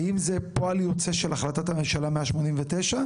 האם זה פועל יוצא של החלטת הממשלה 189?